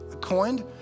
coined